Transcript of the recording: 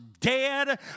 dead